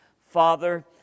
Father